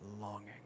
longing